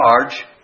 charge